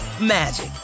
magic